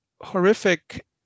horrific